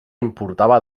importava